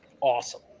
Awesome